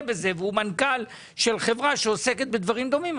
בזה והוא מנכ"ל של חברה שעוסקת בדברים דומים,